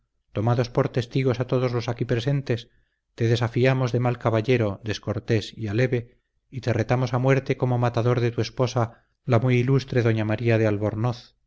tomamos por testigos a todos los aquí presentes te desafiamos de mal caballero descortés y aleve y te retamos a muerte como matador de tu esposa la muy ilustre doña maría de albornoz